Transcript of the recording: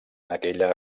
aquella